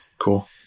cool